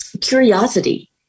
curiosity